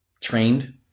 trained